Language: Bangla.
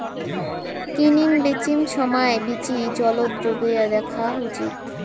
কিনিম বিচিম সমাই বীচি জলত ডোবেয়া দ্যাখ্যা উচিত